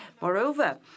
Moreover